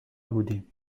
بودیم